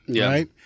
Right